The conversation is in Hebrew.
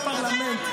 לדבר בפרלמנט.